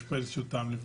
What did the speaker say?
יש פה איזשהו טעם לפגם.